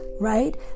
right